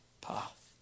path